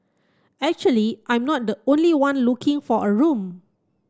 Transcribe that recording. actually I'm not the only one looking for a room